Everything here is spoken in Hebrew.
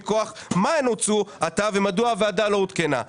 מכוח מה הן הוצאו עתה ומדוע הוועדה לא עודכנה?